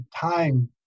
time